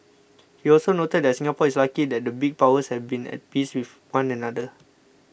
he also noted that Singapore is lucky that the big powers have been at peace with one another